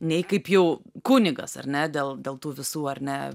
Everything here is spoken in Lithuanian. nei kaip jau kunigas ar ne dėl dėl tų visų ar ne